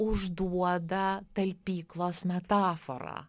užduoda talpyklos metaforą